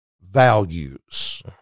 values